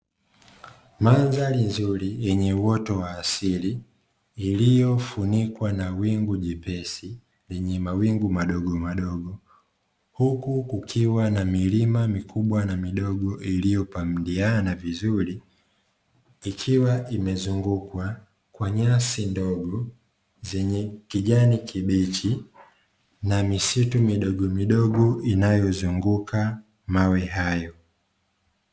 Mandhari nzuri yenye uoto wa asili iliyofunikwa na wingu jepesi lenye mawingu madogo madogo huku kukiwa na milima mikubwa na midogo iliyopangiana vizuri ikiwa imezungukwa kwa nyasi ndogo zenye kijani kibichi na misitu midogo midogo inayozunguka mawe hayo